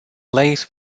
lays